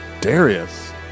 Darius